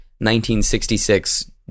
1966